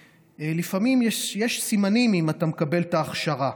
ולפעמים יש סימנים, אם אתה מקבל את ההכשרה.